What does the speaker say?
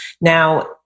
Now